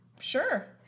Sure